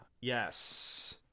yes